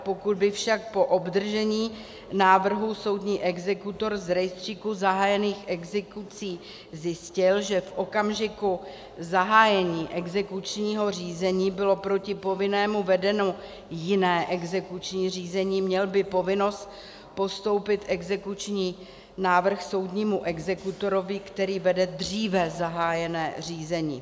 Pokud by však po obdržení návrhu soudní exekutor z rejstříku zahájených exekucí zjistil, že v okamžiku zahájení exekučního řízení bylo proti povinnému vedeno jiné exekuční řízení, měl by povinnost postoupit exekuční návrh soudnímu exekutorovi, který vede dříve zahájené řízení.